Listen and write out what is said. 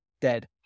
dead